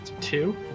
Two